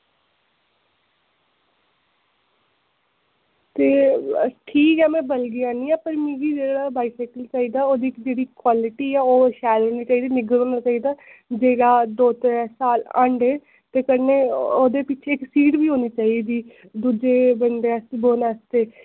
ते ठीक ऐ में बल्गी जन्नी आं पर मिगी जेह्ड़ा बाईसैकल चाहिदा ओह्दी जेह्ड़ी क्वालिटी ऐ ओह् शैल होनी चाहिदी निग्गर होना चाहिदा जेह्ड़ा दो त्रै साल हंडै ते कन्नै ओह्दे बिच्छे इक सीट बी होनी चाहिदी दूजे बंदे आस्तै बौह्न आस्तै